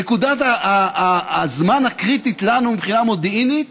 נקודת הזמן הקריטית לנו מבחינת מודיעינית